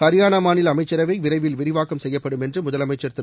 ஹரியானா மாநில அமைச்சரவை விரைவில் விரிவாக்கம் செய்யப்படும் என்று முதலமைச்சர் திரு